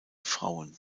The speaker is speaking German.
frauen